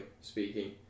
speaking